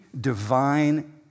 divine